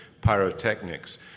pyrotechnics